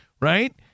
right